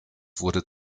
wurde